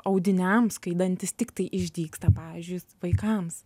audiniams kai dantys tiktai išdygsta pavyzdžiui vaikams